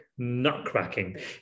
nutcracking